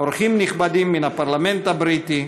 אורחים נכבדים מן הפרלמנט הבריטי,